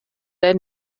der